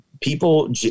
people